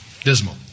dismal